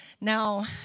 Now